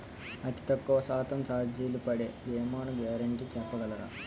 అతి తక్కువ శాతం ఛార్జీలు పడే భీమాలు గ్యారంటీ చెప్పగలరా?